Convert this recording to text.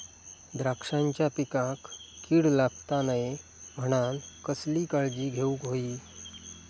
द्राक्षांच्या पिकांक कीड लागता नये म्हणान कसली काळजी घेऊक होई?